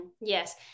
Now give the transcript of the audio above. yes